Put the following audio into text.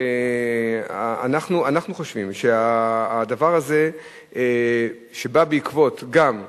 אנחנו חושבים שהדבר הזה בא בעקבות, גם,